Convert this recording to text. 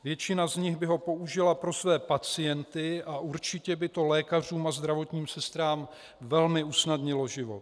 Většina by ho použila pro své pacienty a určitě by to lékařům a zdravotním sestrám velmi usnadnilo život.